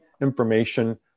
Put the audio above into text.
information